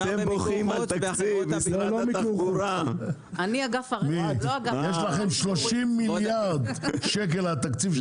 התקציב שלכם 30 מיליארד שקלים.